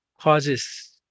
causes